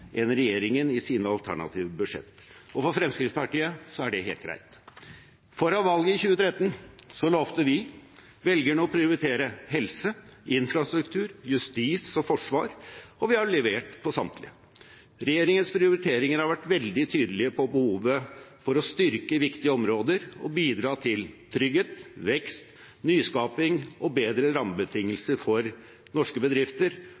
regjeringen i sine alternative budsjetter. For Fremskrittspartiet er det helt greit. Før valget i 2013 lovte vi velgerne å prioritere helse, infrastruktur, justis og forsvar, og vi har levert på samtlige. Regjeringens prioriteringer har vært veldig tydelige på behovet for å styrke viktige områder og bidra til trygghet, vekst, nyskaping og bedre rammebetingelser for norske bedrifter.